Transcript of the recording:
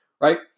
right